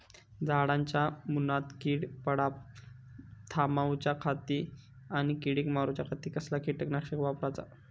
झाडांच्या मूनात कीड पडाप थामाउच्या खाती आणि किडीक मारूच्याखाती कसला किटकनाशक वापराचा?